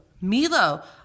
Milo